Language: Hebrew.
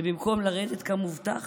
שבמקום לרדת כמובטח